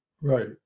Right